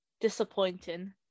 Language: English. Disappointing